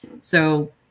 So-